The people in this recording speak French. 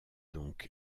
donc